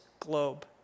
globe